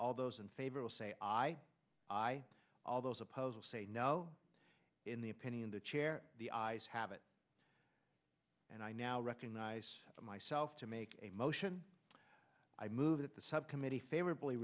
all those in favor will say aye aye all those a puzzle say no in the opinion the chair the ayes have it and i now recognize myself to make a motion i move that the subcommittee favorably